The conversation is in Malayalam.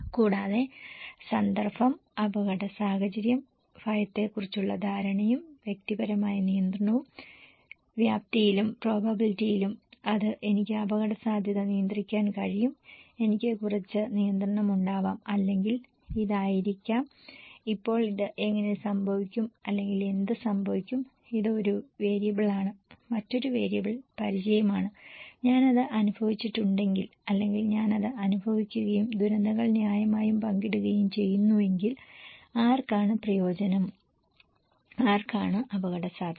കൂടാതെ സന്ദർഭം അപകട സാഹചര്യം ഭയത്തെക്കുറിച്ചുള്ള ധാരണയും വ്യക്തിപരമായ നിയന്ത്രണവുo വ്യാപ്തിയിലും പ്രോബബിലിറ്റിയിലും അത് എനിക്ക് അപകടസാധ്യത നിയന്ത്രിക്കാൻ കഴിയും എനിക്ക് കുറച്ച് നിയന്ത്രനമുണ്ടാവാം അല്ലെങ്കിൽ ഇല്ലാതിരിക്കാം അപ്പോൾ അത് എങ്ങനെ സംഭവിക്കും അല്ലെങ്കിൽ എന്ത് സംഭവിക്കും ഇത് ഒരു വേരിയബിളാണ് മറ്റൊരു വേരിയബിൾ പരിചയമാണ് ഞാൻ അത് അനുഭവിച്ചിട്ടുണ്ടെങ്കിൽ അല്ലെങ്കിൽ ഞാൻ അത് അനുഭവിക്കുകയും ദുരന്തങ്ങൾ ന്യായമായും പങ്കിടുകയും ചെയ്യുന്നുവെങ്കിൽ ആർക്കാണ് പ്രയോജനം ആർക്കാണ് അപകടസാധ്യത